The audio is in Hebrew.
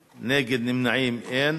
בעד, 9, נגד ונמנעים, אין.